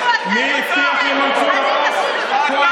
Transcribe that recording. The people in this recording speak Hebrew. אתה